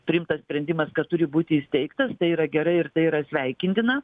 priimtas sprendimas kad turi būti įsteigtas tai yra gerai ir tai yra sveikintina